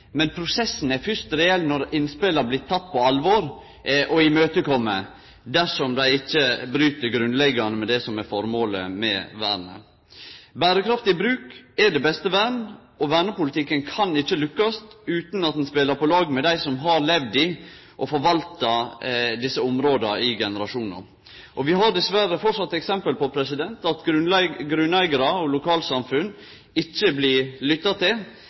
men prosessen er først reell når innspela blir tekne på alvor og godtekne, dersom dei ikkje bryt grunnleggjande med det som er føremålet med vernet. Berekraftig bruk er det beste vern, og vernepolitikken kan ikkje lukkast utan at ein spelar på lag med dei som har levd i og forvalta desse områda i generasjonar. Vi har dessverre framleis eksempel på at grunneigarar og lokalsamfunn ikkje blir lytta til